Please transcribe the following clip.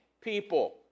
people